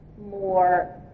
more